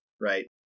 Right